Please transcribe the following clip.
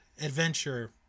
adventure